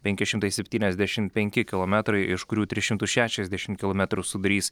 penki šimtai septyniasdešimt penki kilometrai iš kurių tris šimtus šešiasdešimt kilometrų sudarys